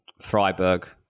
Freiburg